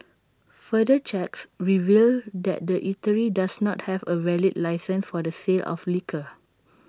further checks revealed that the eatery does not have A valid licence for the sale of liquor